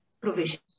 provision